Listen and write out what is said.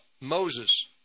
Moses